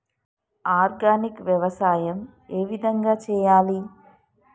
Organic వ్యవసాయం ఏ విధంగా చేయాలి?